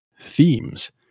themes